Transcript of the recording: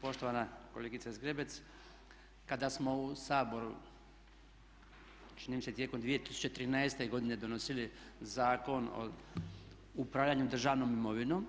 Poštovana kolegice Zgrebec, kada smo u Saboru, čini mi se tijekom 2013. godine donosili Zakon o upravljanju državnom imovinom,